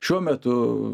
šiuo metu